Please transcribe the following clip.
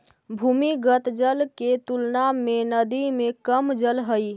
भूमिगत जल के तुलना में नदी में कम जल हई